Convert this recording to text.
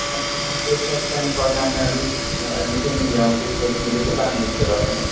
میم مجھے first time پڑھنا ہے میں ابھی ایڈمیشن ہی لیا ہوں تو اس وجہ سے مجھے پتا نہیں ہے اس کے بارے میں